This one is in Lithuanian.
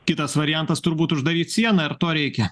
kitas variantas turbūt uždaryt sieną ar to reikia